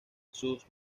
sus